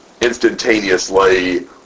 instantaneously